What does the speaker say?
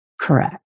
Correct